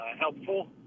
Helpful